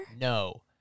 No